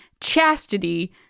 chastity